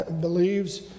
believes